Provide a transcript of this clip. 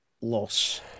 loss